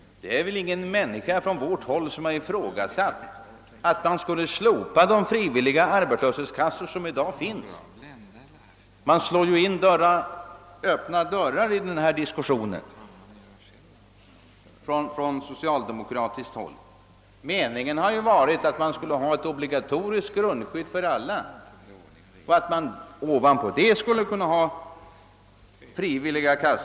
Det är väl ingen från vårt håll som har ifrågasatt att man skulle slopa de frivilliga arbetslöshetskassor som i dag finns. Socialdemokraterna slår in öppna dörrar i denna diskussion. Meningen har varit att man skulle ha ett obligatoriskt grundskydd för alla och att man ovanpå detta skulle kunna ha ersättningar från frivilliga kassor.